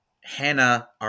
Hannah